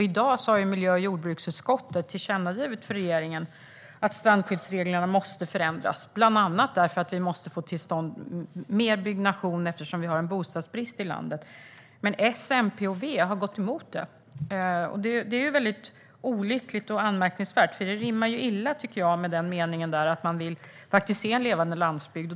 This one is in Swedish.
I dag har miljö och jordbruksutskottet tillkännagivit för regeringen att strandskyddsreglerna måste förändras, bland annat därför att vi måste få till stånd mer byggnation, eftersom vi har en bostadsbrist i landet. Detta har S, MP och V gått emot, och det är väldigt olyckligt och anmärkningsvärt, för det rimmar ju illa med meningen om att man vill se en levande landsbygd.